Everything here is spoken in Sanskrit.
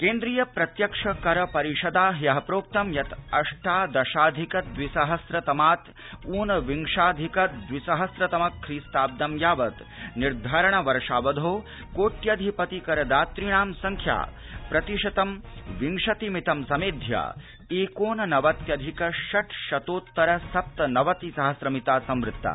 केन्द्रीय प्रत्यक्ष करपरिषदा प्रोक्तं यत् अष्टादशोत्तरद्रिसहस्रात् ऊनविंशाधिक द्विसहस्रतम ख्रीस्ताब्दं यावत् निर्धारण वर्षावधौ कोट्यधिपति करदातृणां संख्या प्रतिशतं विंशतिमितं समेध्य एकोननवत्यधिक षट्शतोत्तर सप्तनवति सहस्रमिता संवृत्ता